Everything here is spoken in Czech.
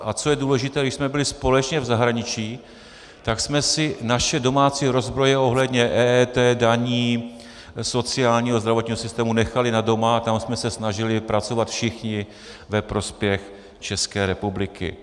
A co je důležité, když jsme byli společně v zahraničí, tak jsme si naše domácí rozbroje ohledně EET, daní, sociálního a zdravotního systému nechali na doma a tam jsme se snažili pracovat všichni ve prospěch České republiky.